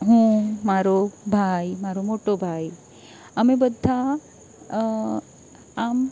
હું મારો ભાઈ મારો મોટો ભાઈ અમે બધાં આમ